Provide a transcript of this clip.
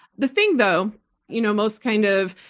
the thing though you know most kind of,